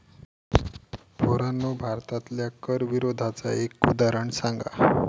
पोरांनो भारतातल्या कर विरोधाचा एक उदाहरण सांगा